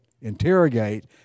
interrogate